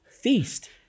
feast